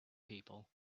people